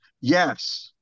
yes